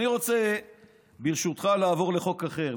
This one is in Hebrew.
אני רוצה ברשותך לעבור לחוק אחר,